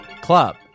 club